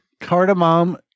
cardamom